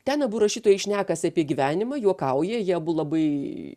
ten abu rašytojai šnekasi apie gyvenimą juokauja jie abu labai